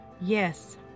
Yes